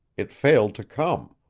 it failed to come.